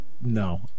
No